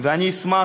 ואני אשמח,